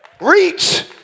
reach